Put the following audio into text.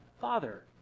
father